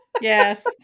yes